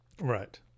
Right